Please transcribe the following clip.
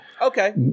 Okay